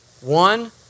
One